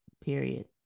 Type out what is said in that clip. period